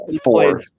four